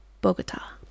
Bogota